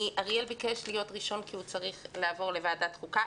אריאל ביקש לדבר, כי הוא צריך לעבור לוועדת חוקה.